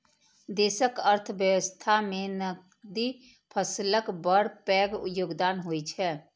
देशक अर्थव्यवस्था मे नकदी फसलक बड़ पैघ योगदान होइ छै